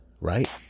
right